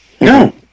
No